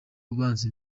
ubanza